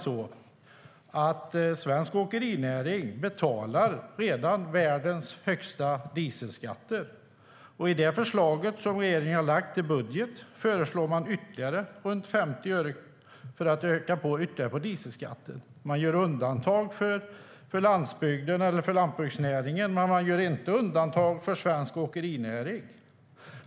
Svensk åkerinäring betalar redan världens högsta dieselskatter. I det förslag till budget som regeringen har lagt fram föreslår man en ytterligare ökning på runt 50 öre. Man gör undantag för landsbygden eller lantbruksnäringen, men man gör inte undantag för svensk åkerinäring.